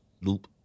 loop